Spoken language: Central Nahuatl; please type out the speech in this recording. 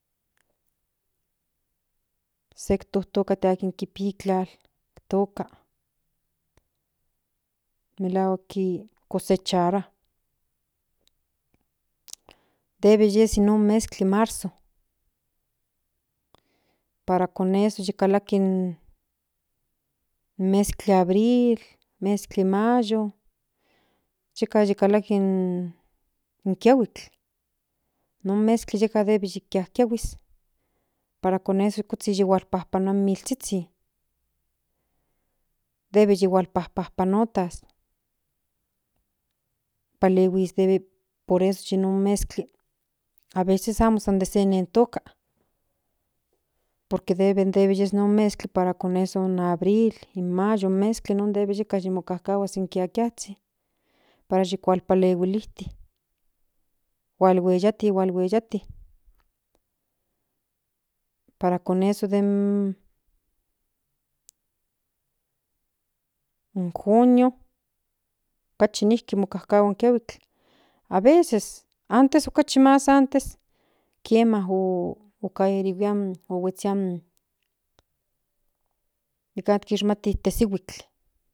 Se tiktoka de akin pia itlan toka malhuak ki kosecharua debe yes inon mezkli marzo para con eso yikalaki in meskli de abril meskli mayo yeka yikalaki in kiahuitl non meskli debe yi kiajkiahuis para con es kuzhhin yi pajpalua in milzhizhin debe yihuapajpajpanotlas palehuiske por eso yi non meskli aveces amo san de sen nen toka por que debe yes non meskli para con eso in abril mayo meskli yeka yi mokajkahuas in kikialzhin para yikualpalehuiti hualhueyati hualhueyati para con eso den junio okachi nijki mokajkahua in kiahuil aveces antes okachi mas antes kiema o caerihui o huetsia in ikan kishmati tesihuitl